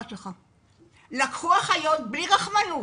לקחו אחיות בלי רחמנות,